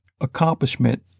accomplishment